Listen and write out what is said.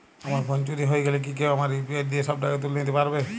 আমার ফোন চুরি হয়ে গেলে কি কেউ আমার ইউ.পি.আই দিয়ে সব টাকা তুলে নিতে পারবে?